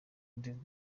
ndetse